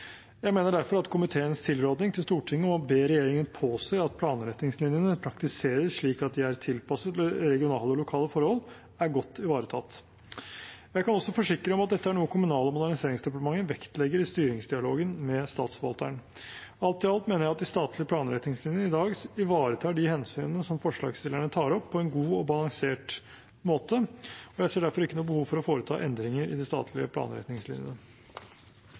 Jeg mener derfor at komiteens tilråding til Stortinget om å be regjeringen påse at planretningslinjene praktiseres slik at de er tilpasset regionale og lokale forhold, er godt ivaretatt. Jeg kan også forsikre om at dette er noe Kommunal- og moderniseringsdepartementet vektlegger i styringsdialogen med statsforvalteren. Alt i alt mener jeg at de statlige planretningslinjene i dag ivaretar de hensynene som forslagsstillerne tar opp, på en god og balansert måte, og jeg ser derfor ikke noe behov for å foreta endringer i de statlige planretningslinjene.